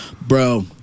Bro